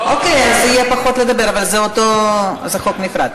אוקיי, אז יהיה פחות לדבר, אבל זה חוק נפרד.